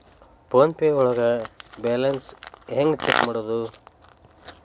Phone pay ಒಳಗ balance ಹೆಂಗ್ check ಮಾಡುವುದು?